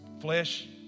flesh